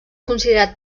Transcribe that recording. considerat